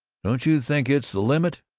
don't you think it's the limit?